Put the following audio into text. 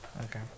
Okay